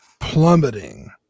plummeting